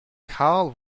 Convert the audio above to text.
carl